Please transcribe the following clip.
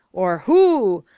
or hoo!